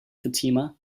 fatima